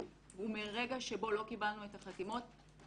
ומרגע שבו לא קיבלנו את החתימות,